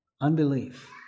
Unbelief